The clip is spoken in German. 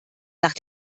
nach